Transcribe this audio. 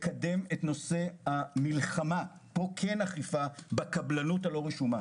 לקדם את המלחמה בקבלנות הלא רשומה.